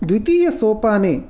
द्वितीयसोपाने